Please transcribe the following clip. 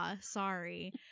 Sorry